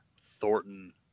Thornton